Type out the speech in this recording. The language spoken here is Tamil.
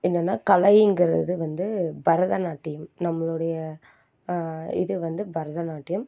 என்னென்னா கலைங்கிறது வந்து பரதநாட்டியம் நம்மளோடய இது வந்து பரதநாட்டியம்